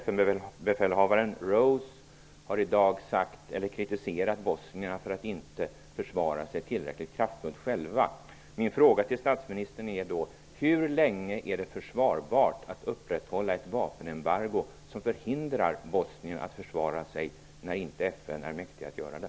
FN befälhavaren Rose har i dag kritiserat bosnierna för att inte försvara sig tillräckligt kraftfullt själva. Min fråga till statsministern är: Hur länge är det försvarbart att upprätthålla ett vapenembargo som förhindrar bosnierna att försvara sig när inte FN är mäktigt att göra det?